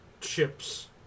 chips